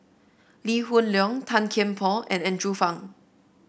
Lee Hoon Leong Tan Kian Por and Andrew Phang